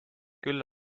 küll